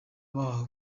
bahawe